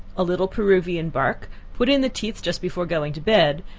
a little peruvian bark put in the teeth just before going to bed,